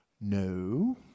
No